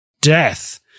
death